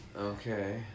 okay